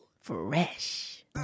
Fresh